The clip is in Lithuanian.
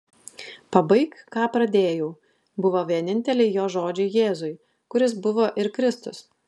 pabaik ką pradėjau buvo vieninteliai jo žodžiai jėzui kuris buvo ir kristus